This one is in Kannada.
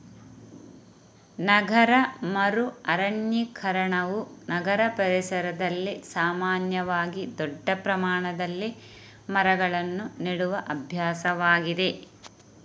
ನಗರ ಮರು ಅರಣ್ಯೀಕರಣವು ನಗರ ಪರಿಸರದಲ್ಲಿ ಸಾಮಾನ್ಯವಾಗಿ ದೊಡ್ಡ ಪ್ರಮಾಣದಲ್ಲಿ ಮರಗಳನ್ನು ನೆಡುವ ಅಭ್ಯಾಸವಾಗಿದೆ